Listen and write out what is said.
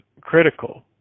critical